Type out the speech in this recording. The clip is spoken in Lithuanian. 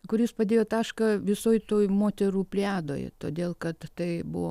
kuris padėjo tašką visoj toj moterų plejadoje todėl kad tai buvo